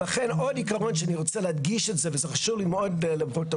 ולכן עוד עיקרון שאני רוצה להדגיש וחשוב לי מאוד לפרוטוקול,